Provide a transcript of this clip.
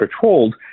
patrolled